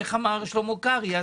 כמו שאמר שלמה קרעי,